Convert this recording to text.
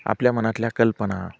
आपल्या मनातल्या कल्पना